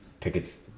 tickets